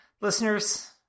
listeners